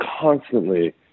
constantly